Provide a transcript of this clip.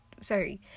sorry